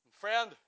Friend